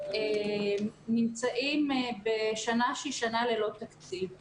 נמצאים בשנה שהיא שנה ללא תקציב.